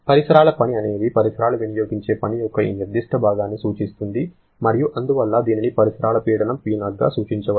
పరిసరాల పని అనేది పరిసరాలు వినియోగించే పని యొక్క ఈ నిర్దిష్ట భాగాన్ని సూచిస్తుంది మరియు అందువల్ల దీనిని పరిసరాల పీడనం P0గా సూచించవచ్చు